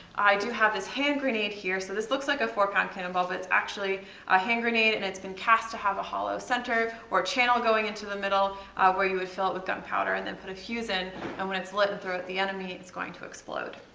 i do have this hand grenade here. so this looks like a four pound cannonball, but it's actually a hand grenade and it's been cast to have a hollow center or channel going into the middle where you would fill it with gunpowder and then put a fuse in and when its lite and thrown at the enemy, it's going to explode.